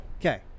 Okay